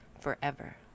forever